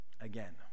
Again